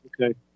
okay